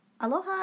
Aloha